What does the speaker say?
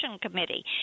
Committee